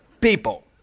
people